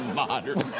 modern